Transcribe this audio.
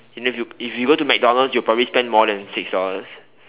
and then if you if you go to McDonald's you probably spend more than six dollars